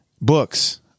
Books